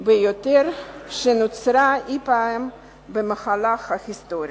ביותר שנוצרה אי-פעם במהלך ההיסטוריה,